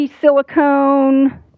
silicone